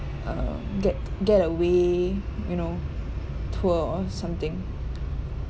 um get getaway you know tour or something